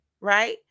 right